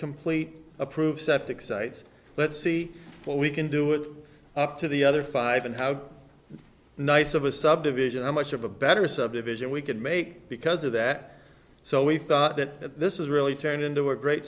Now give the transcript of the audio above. complete approved septic sites let's see what we can do with up to the other five and how nice of a subdivision how much of a better subdivision we could make because of that so we thought that this is really turned into a great